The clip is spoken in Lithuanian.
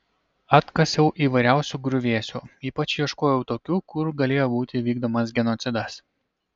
atkasiau įvairiausių griuvėsių ypač ieškojau tokių kur galėjo būti vykdomas genocidas